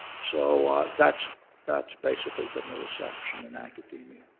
so that's that's basically been the reception in academia.